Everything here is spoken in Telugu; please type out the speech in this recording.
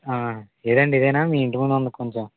ఏదండి ఇదేనా మీ ఇంటి ముందు ఉంది కొంచెం